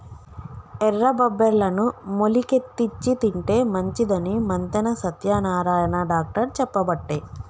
ఎర్ర బబ్బెర్లను మొలికెత్తిచ్చి తింటే మంచిదని మంతెన సత్యనారాయణ డాక్టర్ చెప్పబట్టే